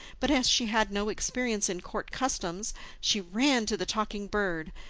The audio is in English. but as she had no experience in court customs she ran to the talking bird,